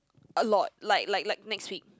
a lot like like like next week